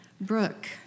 Brooke